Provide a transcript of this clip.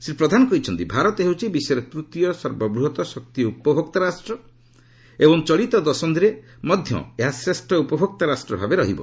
ଶ୍ରୀ ପ୍ରଧାନ କହିଛନ୍ତି ଭାରତ ହେଉଛି ବିଶ୍ୱରେ ତୃତୀୟ ସର୍ବବୃହତ୍ ଶକ୍ତି ଉପଭୋକ୍ତା ରାଷ୍ଟ୍ର ଏବଂ ଚଳିତ ଦଶନ୍ଧିରେ ମଧ୍ୟ ଏହା ଶ୍ରେଷ୍ଠ ଉପଭୋକ୍ତା ରାଷ୍ଟ୍ର ଭାବେ ରହିବ